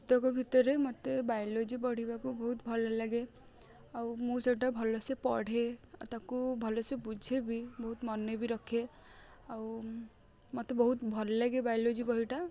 ପୁସ୍ତକ ଭିତରେ ମତେ ବାଇଲୋଜି ପଢ଼ିବାକୁ ବହୁତ ଭଲ ଲାଗେ ଆଉ ମୁଁ ସେଇଟା ଭଲ ସେ ପଢ଼େ ତାକୁ ଭଲ ସେ ବୁଝେବି ବହୁତ ମନେ ବି ରଖେ ଆଉ ମତେ ବହୁତ ଭଲ ଲାଗେ ବାଇଲୋଜି ବହି ଟା